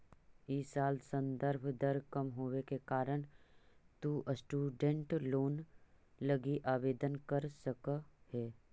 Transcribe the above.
इ साल संदर्भ दर कम होवे के कारण तु स्टूडेंट लोन लगी आवेदन कर सकऽ हे